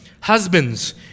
husbands